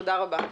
תודה רבה.